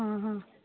ହଁ ହଁ